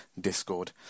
Discord